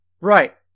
right